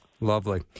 Lovely